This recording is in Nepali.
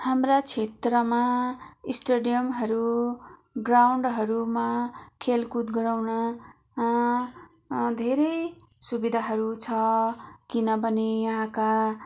हाम्रा क्षेत्रमा स्टेडियमहरू ग्राउन्डहरूमा खेलकुद गराउन धेरै सुविधाहरू छ किनभने यहाँका